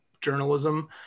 journalism